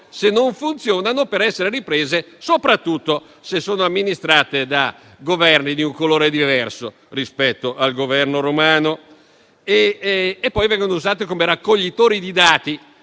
se non funzionano, per essere riprese, soprattutto se sono amministrate da governi di un colore diverso rispetto al Governo romano. Inoltre vengono usate come raccoglitori di dati,